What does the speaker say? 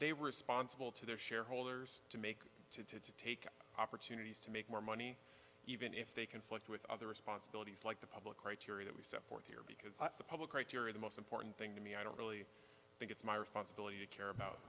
they responsible to their shareholders to make to take opportunities to make more money even if they conflict with other responsibilities like the public criteria that we set because the public criteria the most important thing to me i don't really think it's my responsibility to care about